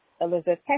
Elizabeth